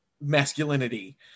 masculinity